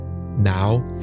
Now